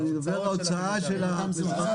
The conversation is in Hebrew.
אני מדבר על ההוצאה של האזרחים.